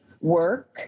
work